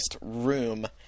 room